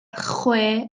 chwe